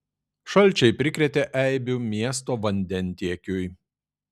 šalčiai prikrėtė eibių miesto vandentiekiui